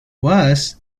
was